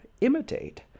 imitate